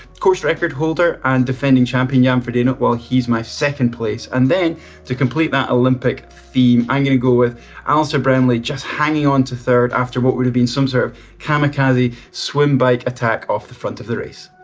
course record holder and defending champion, jan yeah frodeno, well, he's my second place. and to complete that olympic theme, i'm going to go with alistair brownlee just hanging on to third after what would have been some sort of kamikaze swim bike attack off the front of the race.